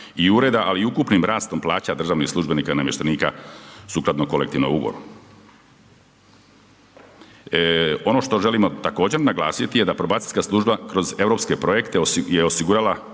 ali i ukupnim rastom plaća državnih službenika i namještenika sukladno kolektivnom ugovoru. Ono što želimo također naglasiti je da probacijska služba kroz europske projekte je osigurala